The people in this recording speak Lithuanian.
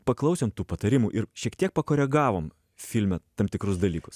paklausėm tų patarimų ir šiek tiek pakoregavom filme tam tikrus dalykus